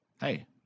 Hey